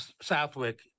Southwick